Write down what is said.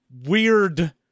weird